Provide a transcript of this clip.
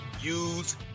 use